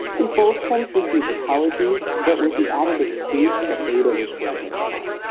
we've both since received apologies, but with the added excuse that ada was drunk at the time.